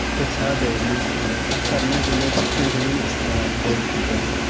that's how they mate, and then after maybe next twenty minutes then they will be gone.